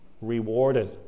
rewarded